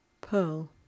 Pearl